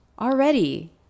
Already